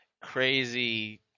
crazy